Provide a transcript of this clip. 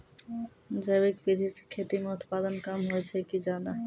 जैविक विधि से खेती म उत्पादन कम होय छै कि ज्यादा?